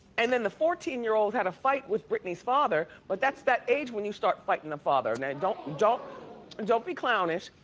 and then the fourteen year old had a fight with britney's father, but that's that age when you start fighting the father. and now don't and don't be clownish.